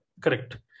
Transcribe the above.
correct